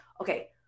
okay